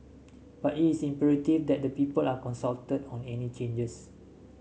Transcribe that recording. but is imperative that the people are consulted on any changes